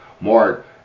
mark